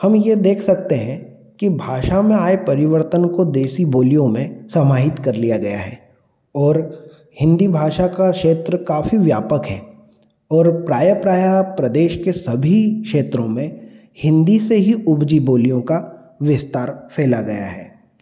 हम ये देख सकते हैं कि भाषा में आए परिवर्तन को देशी बोलियों में समाहित कर लिया गया और हिंदी भाषा का क्षेत्र काफ़ी व्यापक है और प्रायः प्रायः प्रदेश के सभी क्षेत्रों में हिंदी से ही उपजी बोलियों का विस्तार फ़ैला गया है